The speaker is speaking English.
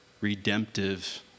redemptive